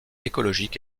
écologique